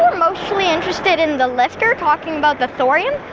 mostly interested in the lftr, talking about the thorium.